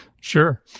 Sure